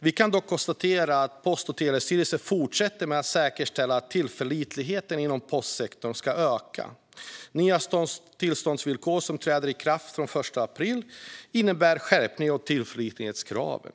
Vi kan dock konstatera att Post och telestyrelsen fortsätter att säkerställa att tillförlitligheten inom postsektorn ska öka. Nya tillståndsvillkor som trädde i kraft den 1 april 2018 innebär en skärpning av tillförlitlighetskraven.